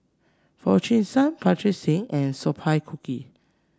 Foo Chee San Pritam Singh and Sophia Cooke